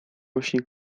właśnie